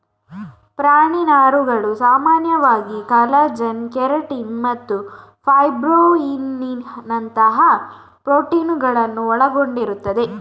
ಪ್ರಾಣಿ ನಾರುಗಳು ಸಾಮಾನ್ಯವಾಗಿ ಕಾಲಜನ್, ಕೆರಾಟಿನ್ ಮತ್ತು ಫೈಬ್ರೊಯಿನ್ನಿನಂತಹ ಪ್ರೋಟೀನುಗಳನ್ನು ಒಳಗೊಂಡಿರುತ್ತವೆ